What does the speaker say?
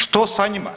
Što sa njima?